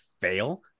fail